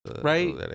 Right